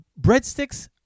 breadsticks